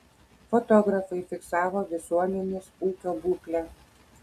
fotografai fiksavo visuomenės ūkio būklę